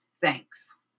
thanks